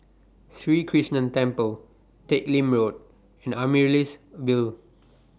Sri Krishnan Temple Teck Lim Road and Amaryllis Ville